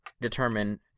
determine